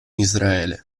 israele